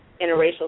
interracial